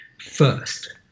first